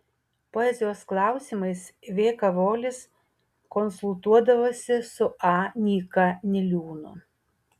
poezijos klausimais v kavolis konsultuodavosi su a nyka niliūnu